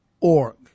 org